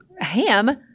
ham